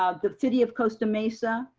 ah the city of costa mesa,